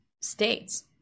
states